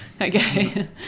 Okay